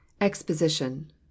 Exposition